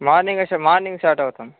మార్నింగే morning start అవుతాం